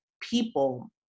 people